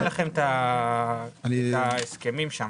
יש לך את ההסכמים שם.